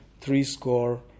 threescore